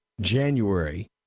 January